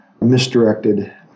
misdirected